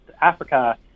Africa